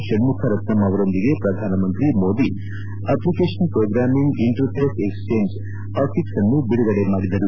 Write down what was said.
ಷಣ್ಣುಖರತ್ನಂ ಅವರೊಂದಿಗೆ ಪ್ರಧಾನ ಮಂತ್ರಿ Modi application programming interface exchange APIX ಅನ್ನು ಬಿಡುಗಡೆ ಮಾಡಿದರು